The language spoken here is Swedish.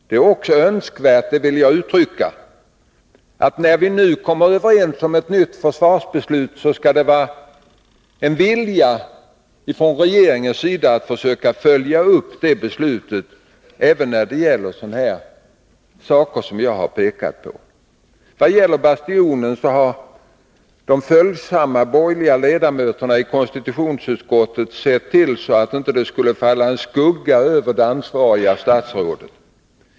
Det är också önskvärt, det vill jag betona, när vi nu kommer överens och fattar ett nytt försvarsbeslut att regeringen visar en vilja att följa det beslutet även när det gäller sådana saker som jag har pekat på. Vad gäller Bastionen har de följsamma borgerliga ledamöterna i konstitutionsutskottet sett till att det inte skulle falla en skugga över det ansvariga statsrådet.